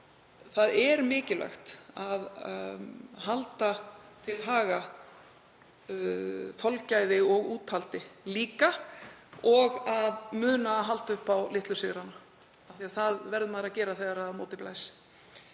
það er mikilvægt að halda líka til haga þolgæði og úthaldi og að muna að halda upp á litlu sigrana, því að það verður maður að gera þegar á móti blæs.